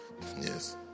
Yes